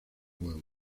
huevos